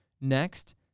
Next